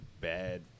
bad